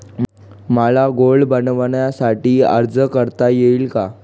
मला गोल्ड बाँडसाठी अर्ज करता येईल का?